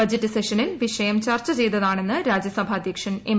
budget സെഷനിൽ വിഷയം ചർച്ച ചെയ്തതാണെന്ന് രാജ്യസഭാധ്യക്ഷൻ എം